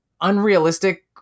unrealistic